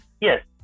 yes